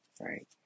Right